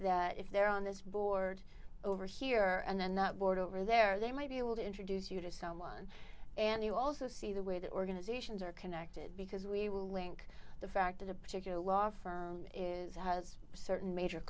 that if they're on this board over here and then that board over there they might be able to introduce you to someone and you also see the way that organizations are connected because we will link the fact that a particular law firm is has certain major